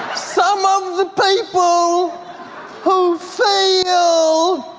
some of the people who feel